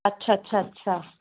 अच्छा अच्छा अच्छा